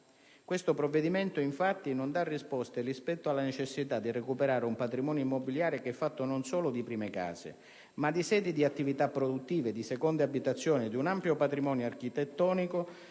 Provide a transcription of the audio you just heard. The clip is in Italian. Questo provvedimento, infatti, non dà risposte rispetto alla necessità di recuperare un patrimonio immobiliare che è fatto non solo di prime case, ma di sedi di attività produttive, di seconde abitazioni, di un ampio patrimonio architettonico,